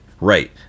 Right